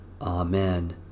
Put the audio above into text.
Amen